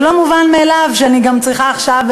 לא מובן מאליו שאני גם צריכה עכשיו,